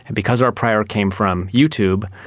and because our prior came from youtube,